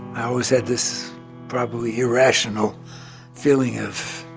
i always had this probably irrational feeling of